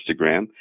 Instagram